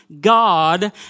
God